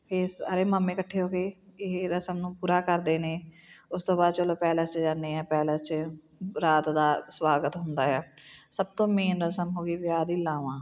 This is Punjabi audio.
ਇਹ ਸਾਰੇ ਮਾਮੇ ਇਕੱਠੇ ਹੋ ਕੇ ਇਹ ਰਸਮ ਨੂੰ ਪੂਰਾ ਕਰਦੇ ਨੇ ਉਸ ਤੋਂ ਬਾਅਦ ਚਲੋ ਪੈਲਿਸ 'ਚ ਜਾਂਦੇ ਆ ਪੈਲਿਸ 'ਚ ਬਰਾਤ ਦਾ ਸਵਾਗਤ ਹੁੰਦਾ ਆ ਸਭ ਤੋਂ ਮੇਨ ਰਸਮ ਹੋ ਗਈ ਵਿਆਹ ਦੀ ਲਾਵਾਂ